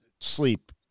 sleep